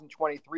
2023